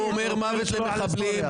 הוא אומר מוות לערבים.